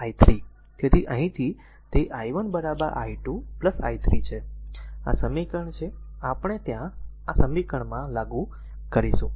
તેથી અહીંથી તે i1 i2 i2 i3 છે આ સમીકરણ છે આપણે ત્યાં આ સમીકરણમાં લાગુ કરીશું